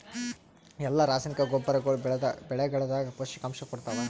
ಎಲ್ಲಾ ರಾಸಾಯನಿಕ ಗೊಬ್ಬರಗೊಳ್ಳು ಬೆಳೆಗಳದಾಗ ಪೋಷಕಾಂಶ ಕೊಡತಾವ?